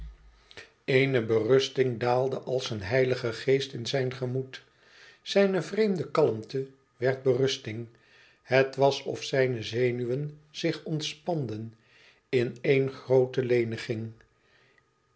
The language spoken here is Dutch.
eene berusting daalde als een heilige geest in zijn gemoed zijne vreemde kalmte wend berusting het was of zijne zenuwen zich ontspanden in éene groote leniging